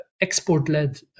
export-led